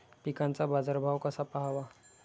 पिकांचा बाजार भाव कसा पहावा?